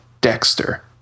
Dexter